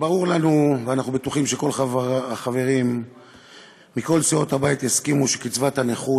ברור לנו ואנחנו בטוחים שכל החברים מכל סיעות הבית יסכימו שקצבת הנכות